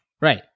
Right